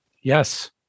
Yes